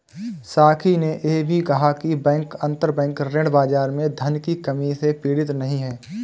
साकी ने यह भी कहा कि बैंक अंतरबैंक ऋण बाजार में धन की कमी से पीड़ित नहीं हैं